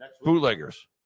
Bootleggers